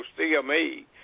CME